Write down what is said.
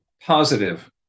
positive